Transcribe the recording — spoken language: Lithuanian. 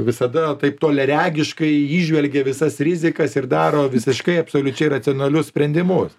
visada taip toliaregiškai įžvelgia visas rizikas ir daro visiškai absoliučiai racionalius sprendimus